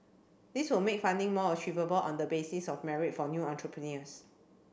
this will make funding more achievable on the basis of merit for new entrepreneurs